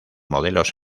modelos